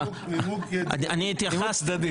נימוק צדדי.